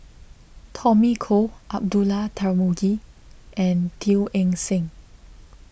Tommy Koh Abdullah Tarmugi and Teo Eng Seng